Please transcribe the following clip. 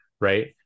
right